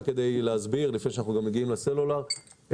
לפני שאנחנו מגיעים לסלולר,